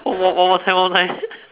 one more one more time one more time